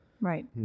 Right